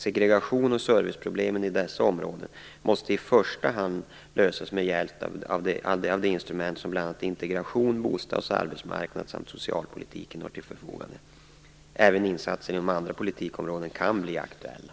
Segregations och serviceproblem i dessa områden måste i första hand lösas med hjälp av de instrument som bl.a. integrations-, bostads-, arbetsmarknads samt socialpolitiken har till förfogande. Även insatser inom andra politikområden kan bli aktuella.